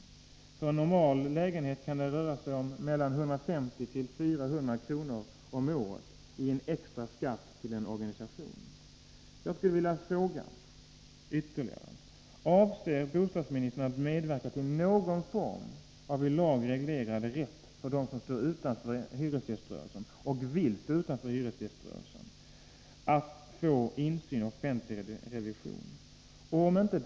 När det gäller en normal lägenhet kan det röra sig om en extra skatt till en organisation på 150-400 kr. om året. medverka till någon form av en i lag reglerad rätt för dem som står utanför Nr 44 hyresgäströrelsen, och som vill stå utanför denna, att få insyn och offentlig Rn REG s Ez ; 2 Måndagen den revision?